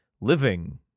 living